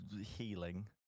Healing